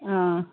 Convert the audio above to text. ꯑꯥ